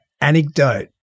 anecdote